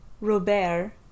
Robert